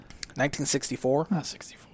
1964